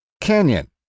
Canyon